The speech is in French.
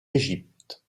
égypte